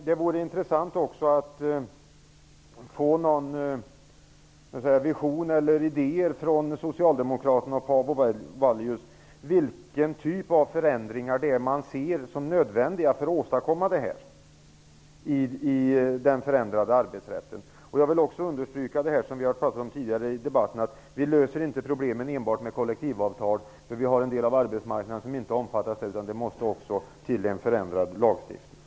Det vore intressant att få någon vision eller några idéer från Paavo Vallius och Socialdemokraterna om vilken typ av förändringar man ser som nödvändiga för att åstadkomma en förändrad arbetsrätt. Vi har tidigare i debatten sagt att vi inte löser problemen enbart genom kollektivavtal. En del av arbetsmarknaden omfattas ju inte i det sammanhanget. Det måste således till en förändrad lagstiftning.